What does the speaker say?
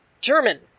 German